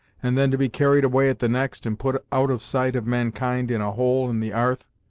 and then to be carried away at the next, and put out of sight of mankind in a hole in the arth!